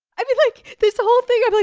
i mean, like, this whole thing, i'm like,